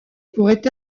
pourrait